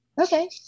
Okay